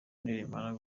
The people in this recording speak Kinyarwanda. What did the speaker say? nirimara